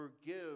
forgive